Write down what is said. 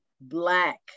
black